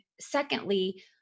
secondly